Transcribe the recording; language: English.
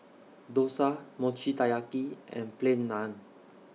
Dosa Mochi Taiyaki and Plain Naan